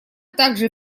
также